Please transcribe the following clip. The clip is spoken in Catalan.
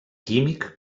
químic